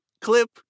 clip